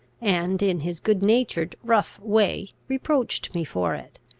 and, in his good-natured, rough way, reproached me for it.